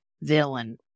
villain